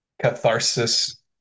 catharsis